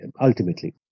ultimately